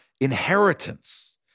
inheritance